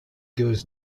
goes